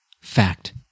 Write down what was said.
Fact